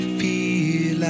feel